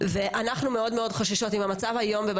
הרבניים לדון ולשפוט וגם מתוך עיוורון למה שקורה היום בתוך אולמות